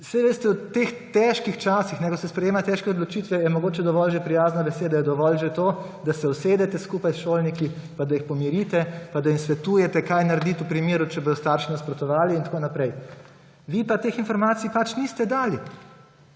Veste, v teh težkih časih, ko se sprejema težke odločitve, je mogoče dovolj že prijazna beseda, je dovolj že to, da se usedete skupaj s šolniki pa da jih pomirite pa da jim svetujete, kaj narediti, če bodo starši nasprotovali, in tako naprej. Vi pa teh informacij pač niste dali.